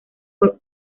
por